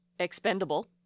Expendable